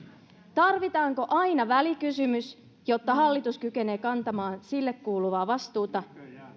tarvitaanko aina välikysymys jotta hallitus kykenee kantamaan sille kuuluvaa vastuuta